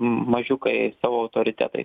mažiukai savo autoritetais